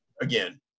Again